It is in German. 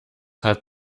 hat